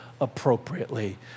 appropriately